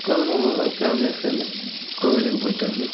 காணும் பொங்கல்னால் ஃபேம்லியாக சேர்ந்து கோவிலுக்கு போய்ட்டு வந்து